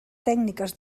tècniques